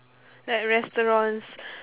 like restaurants